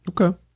Okay